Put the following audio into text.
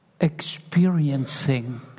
experiencing